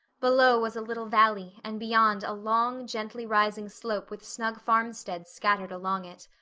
below was a little valley and beyond a long, gently-rising slope with snug farmsteads scattered along it.